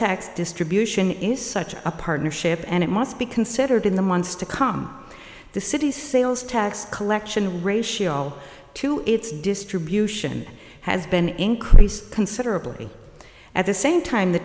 tax distribution is such a partnership and it must be considered in the months to come the city's sales tax collection ratio to its distribution has been increased considerably at the same time the